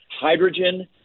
hydrogen